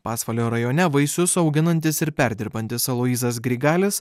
pasvalio rajone vaisius auginantis ir perdirbantis aloyzas grigalis